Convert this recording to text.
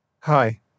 Hi